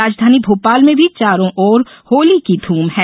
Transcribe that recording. राजधानी भोपाल में भी चारों ओर होली की धूम है